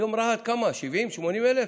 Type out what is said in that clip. היום רהט, כמה, 70,000, 80,000?